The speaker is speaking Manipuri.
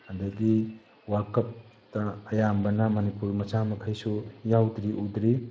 ꯑꯗꯒꯤ ꯋꯥꯔꯜ ꯀꯞꯇ ꯑꯌꯥꯝꯕꯅ ꯃꯅꯤꯄꯨꯔ ꯃꯆꯥ ꯃꯈꯩꯁꯨ ꯌꯥꯎꯗ꯭ꯔꯤ ꯎꯗ꯭ꯔꯤ